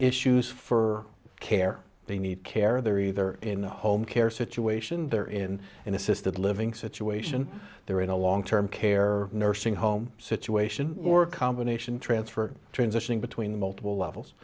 issues for care they need care they're either in the home care situation they're in an assisted living situation they're in a long term care nursing home situation or a combination transfer transitioning between multiple levels